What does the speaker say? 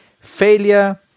failure